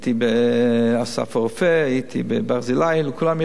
הייתי ב"אסף הרופא", הייתי ב"ברזילי", לכולם יש.